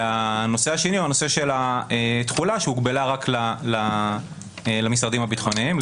והנושא השני הוא הנושא של התחולה שהוגבלה רק למשרדים הביטחוניים,